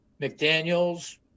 McDaniels